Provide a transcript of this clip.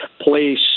place